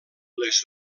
les